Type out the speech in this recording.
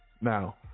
Now